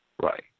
Right